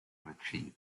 achieve